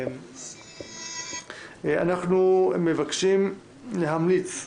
אנחנו מבקשים להמליץ,